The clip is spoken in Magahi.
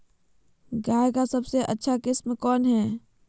गाय का सबसे अच्छा किस्म कौन हैं?